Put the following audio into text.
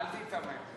אל תיתמם.